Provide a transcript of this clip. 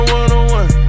one-on-one